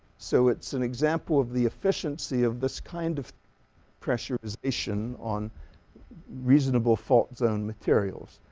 so it's an example of the efficiency of this kind of pressure position on reasonable fault zone materials.